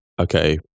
okay